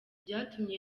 byatumye